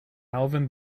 alvin